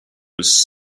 was